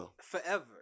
forever